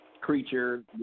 creature